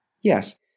Yes